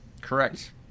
Correct